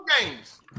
games